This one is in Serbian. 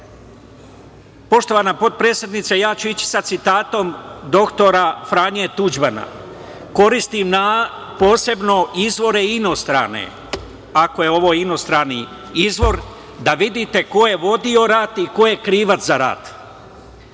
Đilasom. Poštovana potpredsednice, ja ću ići sa citatom dr Franje Tuđmana. Koristim posebno inostrane izvore, ako je ovo inostrani izvor, da vidite ko je vodio rat i ko je krivac za rat.